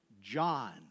John